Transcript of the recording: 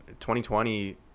2020